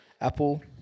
Apple